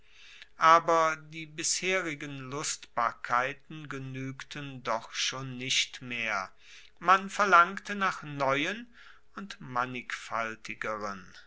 aber die bisherigen lustbarkeiten genuegten doch schon nicht mehr man verlangte nach neuen und mannigfaltigeren